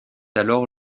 alors